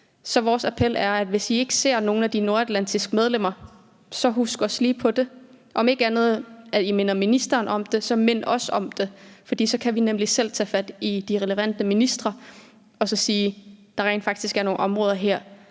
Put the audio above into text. ændre sig – og I ikke ser nogle af de nordatlantiske medlemmer, så husk os lige på det. Hvis I ikke får mindet ministeren om det, så mind os om det, for så kan vi nemlig selv tage fat i de relevante ministre og sige, at der rent faktisk er nogle områder her,